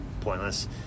pointless